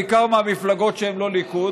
בעיקר מהמפלגות שהן לא ליכוד.